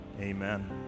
amen